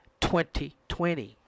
2020